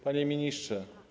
Panie Ministrze!